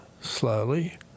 slowly